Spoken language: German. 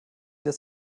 das